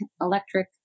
electric